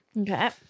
Okay